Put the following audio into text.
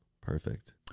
Perfect